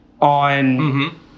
on